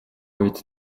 үед